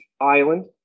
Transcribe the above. island